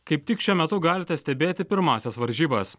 kaip tik šiuo metu galite stebėti pirmąsias varžybas